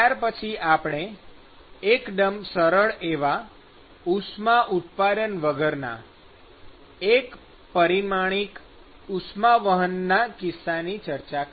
ત્યારપછી આપણે એકદમ સરળ એવા ઉષ્મા ઉત્પાદન વગરના એક પરિમાણિક ઉષ્માવહનનાં કિસ્સાની ચર્ચા કરી